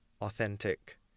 authentic